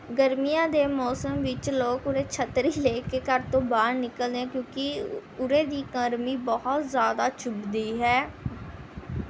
ਗਰਮੀਆਂ ਦੇ ਮੌਸਮ ਵਿੱਚ ਲੋਕ ਉਰੇ ਛੱਤਰੀ ਲੈ ਕੇ ਘਰ ਤੋਂ ਬਾਹਰ ਨਿਕਲਦੇ ਕਿਉਂਕਿ ਉਰੇ ਦੀ ਗਰਮੀ ਬਹੁਤ ਜ਼ਿਆਦਾ ਚੁੱਭਦੀ ਹੈ